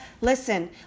listen